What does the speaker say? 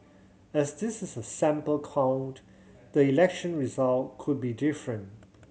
as this is a sample count the election result could be different